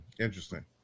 Interesting